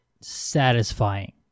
satisfying